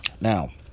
now